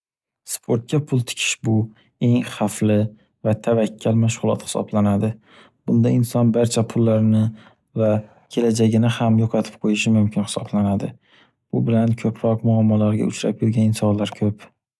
Sportga pul tikish bu eng xavfli va tavakkal mashg'ulot hisoblanadi. Bunda inson barcha pullarini va kelajakini ham yo'qotib qo'yishi mumkin hisoblanadi. Bu bilan ko'proq muammolarga uchrab yurgan insonlar ko'p.